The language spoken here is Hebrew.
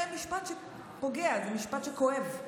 זה משפט שפוגע, זה משפט שכואב.